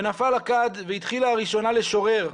ונפל הכד והתחילה הראשונה לשורר.